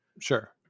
Sure